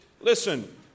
Listen